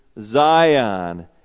Zion